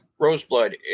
Roseblood